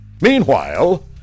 Meanwhile